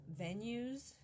venues